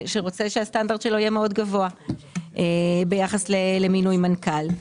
שרוצה שהסטנדרט שלו יהיה מאוד גבוה ביחס למינוי מנכ"ל.